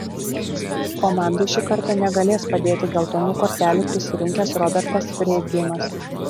komandai šį kartą negalės padėti geltonų kortelių prisirinkęs robertas freidgeimas